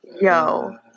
yo